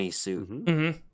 suit